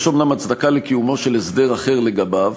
אומנם הצדקה לקיומו של הסדר אחר לגביו,